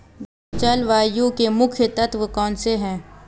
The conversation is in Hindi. जलवायु के मुख्य तत्व कौनसे हैं?